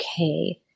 okay